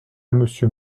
monsieur